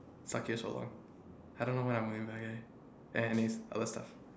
five years so long I don't know what I'm gonna do lah and is other stuff